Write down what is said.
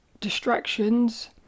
distractions